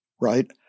right